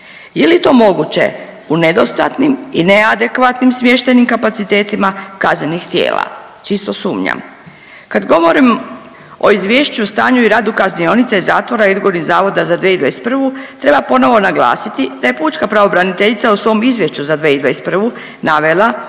Je li to moguće u nedostatnim i neadekvatnim smještajnim kapacitetima kaznenih tijela? Čisto sumnjam. Kad govorim o izvješću o stanju i radu kaznionice zatvora i odgojnih zavoda za 2021. treba ponovo naglasiti da je pučka pravobraniteljica u svom izvješću za 2021. navela